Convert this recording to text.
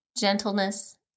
gentleness